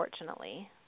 unfortunately